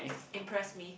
impress me